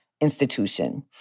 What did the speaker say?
institution